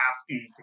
asking